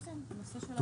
כן, הנושא של השקיפות.